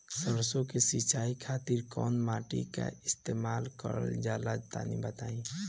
सरसो के सिंचाई खातिर कौन मोटर का इस्तेमाल करल जाला तनि बताई?